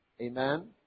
Amen